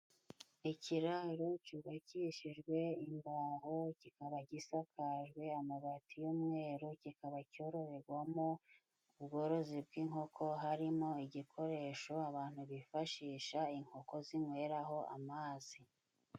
Ikiraro cyubakishijwe imboho kikaba gisakajwe amabati y'umweru kikaba cyororerwamo ubworozi bw'inkoko harimo igikoresho abantu bifashisha inkoko zinyweraho amazi.